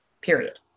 period